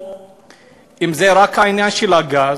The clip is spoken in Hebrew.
אם זה רק העניין של הגז,